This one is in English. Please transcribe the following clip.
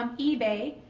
um ebay,